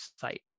site